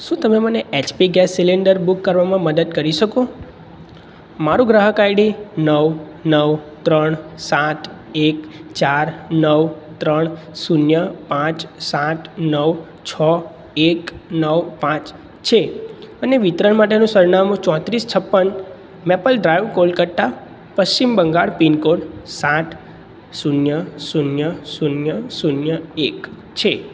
શું તમે મને એચપી ગેસ સિલિન્ડર બુક કરવામાં મદદ કરી શકો મારું ગ્રાહક આઈડી નવ નવ ત્રણ સાત એક ચાર નવ ત્રણ શૂન્ય પાંચ સાત નવ છ એક નવ પાંચ છે અને વિતરણ માટેનું સરનામું ચોત્રીસ છપ્પન maple drive Kolkata Paschim Bangal pincode સાત શૂન્ય શૂન્ય શૂન્ય શૂન્ય એક છે